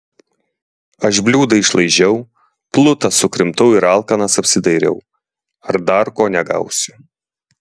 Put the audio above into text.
aš bliūdą išlaižiau plutą sukrimtau ir alkanas apsidairiau ar dar ko negausiu